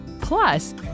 Plus